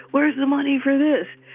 where's the money for this?